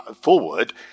forward